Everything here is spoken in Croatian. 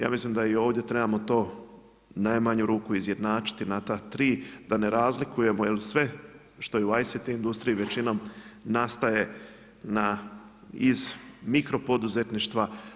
Ja mislim da i ovdje trebamo to u najmanju ruku izjednačiti na ta tri da ne razlikujemo, jer sve što je u IST industriji većinom nastaje iz mikropoduzetništva.